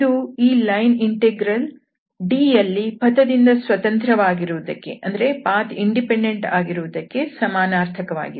ಇದು ಈ line integral D ಯಲ್ಲಿ ಪಥದಿಂದ ಸ್ವತಂತ್ರವಾಗಿರುವುದಕ್ಕೆ ಸಮಾನಾರ್ಥಕ ವಾಗಿದೆ